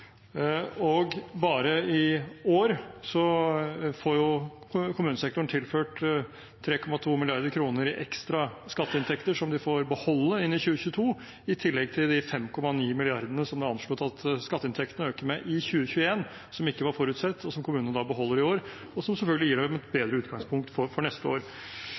Og bare i år får kommunesektoren tilført 3,2 mrd. kr i ekstra skatteinntekter som de får beholde inn i 2022. Det kommer i tillegg til de 5,9 mrd. kr som det er anslått at skatteinntektene øker med i 2021, som ikke var forutsett, og som kommunene da beholder i år, og som selvfølgelig gir dem et bedre utgangspunkt for neste år.